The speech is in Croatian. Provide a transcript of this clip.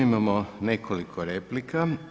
Imamo nekoliko replika.